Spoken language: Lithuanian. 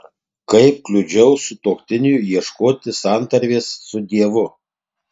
kaip kliudžiau sutuoktiniui ieškoti santarvės su dievu